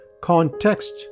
context